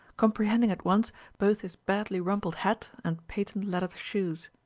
comprehending at once both his badly rumpled hat and patent-leather shoes.